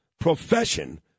profession